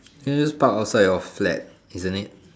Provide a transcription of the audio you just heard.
just park outside your flat isn't it